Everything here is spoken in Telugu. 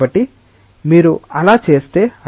కాబట్టి మీరు అలా చేస్తే అది అవుతుంది ½ 𝜌 u2K